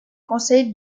conseil